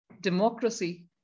Democracy